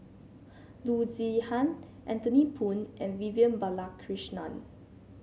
Loo Zihan Anthony Poon and Vivian Balakrishnan